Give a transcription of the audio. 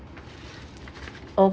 oh